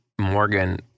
Morgan